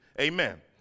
Amen